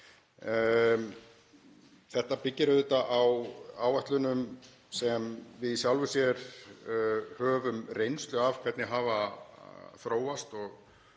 Þetta byggir auðvitað á áætlunum sem við höfum í sjálfu sér reynslu af hvernig hafa þróast og